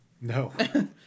No